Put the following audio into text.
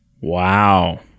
Wow